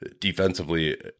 defensively